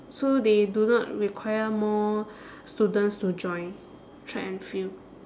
so they do not require more students to join track and field